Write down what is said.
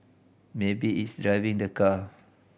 maybe it's driving the car